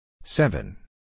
seven